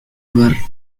were